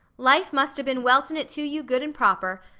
life must a-been weltin' it to you good and proper.